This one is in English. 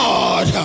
God